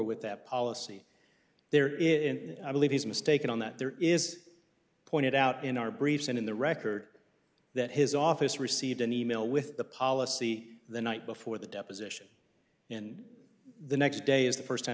with that policy there is i believe he's mistaken on that there is pointed out in our briefs and in the record that his office received an e mail with the policy the night before the deposition and the next day is the first time